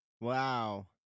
Wow